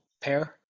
pair